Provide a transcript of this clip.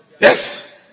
Yes